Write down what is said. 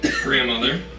grandmother